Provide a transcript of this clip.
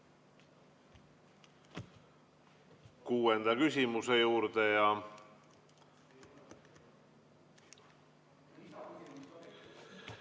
kuuenda küsimuse juurde.